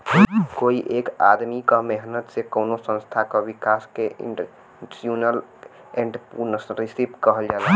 कोई एक आदमी क मेहनत से कउनो संस्था क विकास के इंस्टीटूशनल एंट्रेपर्नुरशिप कहल जाला